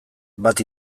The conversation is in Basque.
bat